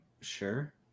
sure